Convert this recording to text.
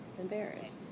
embarrassed